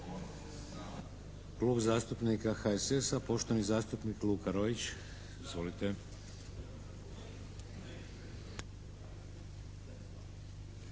Klub zastupnika HSS-a. Poštovani zastupnik Luka Roić. Izvolite.